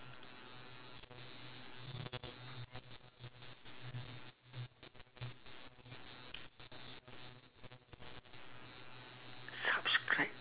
subscribe